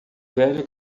velho